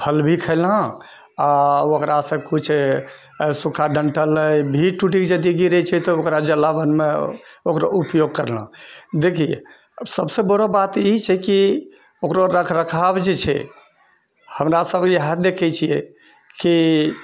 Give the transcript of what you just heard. फल भी खएलहुँ आओर ओकरासँ किछु सूखा डन्ठल भी टूटिके यदि गिरै छै तब ओकरा जलावनमे ओकरा उपयोग करलहुँ देखिए सबसँ बड़ऽ बात ई छै कि ओकरऽ रखरखाव जे छै हमरा सब इएह देखै छिए कि